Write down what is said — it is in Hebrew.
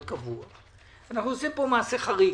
אנחנו עושים פה מעשה חריג.